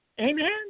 Amen